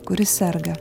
kuris serga